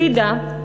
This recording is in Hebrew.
פידאא,